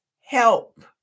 help